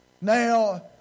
Now